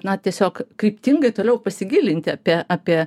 na tiesiog kryptingai toliau pasigilinti apie apie